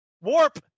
Warp